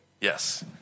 Yes